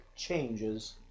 changes